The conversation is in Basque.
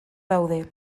daude